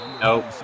Nope